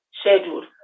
schedule